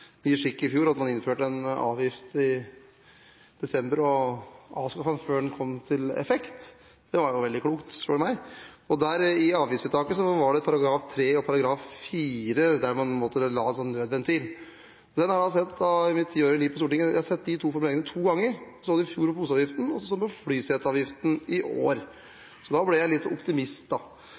ny skikk i fjor – man innførte en avgift i desember og avskaffet den før den fikk effekt. Det var jo veldig klokt, spør du meg. Og der, i avgiftsvedtaket, var det en § 3 og § 4 der man på en måte la inn en nødventil. Jeg har i løpet av mitt tiårige liv på Stortinget sett de forbedringene to ganger, det var poseavgiften i fjor, og så flyseteavgiften i år. Så da ble jeg litt optimist,